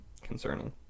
Concerning